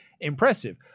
impressive